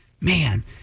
man